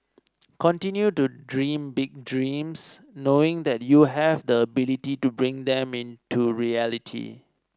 continue to dream big dreams knowing that you have the ability to bring them into reality